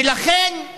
ולכן,